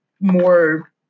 more